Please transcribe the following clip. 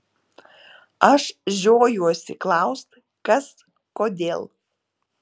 aš žiojuosi klaust kas kodėl